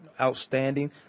outstanding